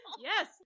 Yes